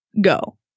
go